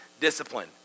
discipline